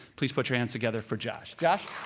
please put your hands together for josh. josh?